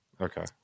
Okay